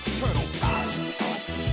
turtles